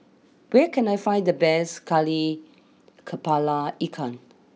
where can I find the best Kari Kepala Ikan